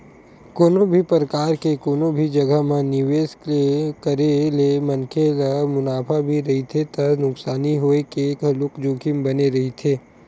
कोनो भी परकार के कोनो भी जघा म निवेस के करे ले मनखे ल मुनाफा भी रहिथे त नुकसानी होय के घलोक जोखिम बने रहिथे